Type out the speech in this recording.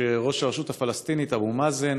שראש הרשות הפלסטינית אבו מאזן